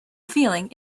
feeling